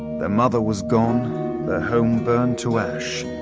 their mother was gone, their home burned to ash.